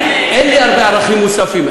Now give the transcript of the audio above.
אין לי הרבה ערכים מוספים,